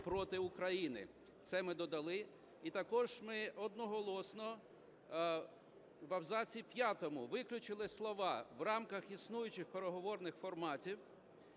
проти України. Це ми додали. І також ми одноголосно в абзаці п'ятому виключили слова "в рамках існуючих переговорних форматів".